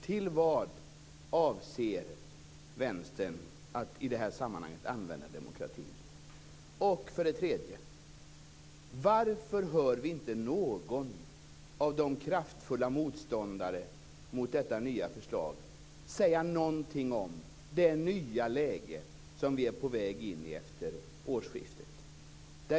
Till vad avser Vänstern att i detta sammanhang använda demokratin? Den tredje frågan är följande. Varför hör vi inte någon av de kraftfulla motståndarna mot detta nya förslag säga någonting om det nya läge som vi är på väg in i efter årsskiftet?